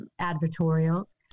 advertorials